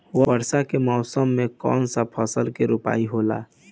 वर्षा के मौसम में कौन सा फसल के रोपाई होला?